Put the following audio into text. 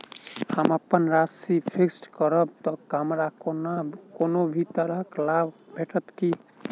हम अप्पन राशि फिक्स्ड करब तऽ हमरा कोनो भी तरहक लाभ भेटत की?